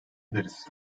ederiz